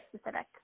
specific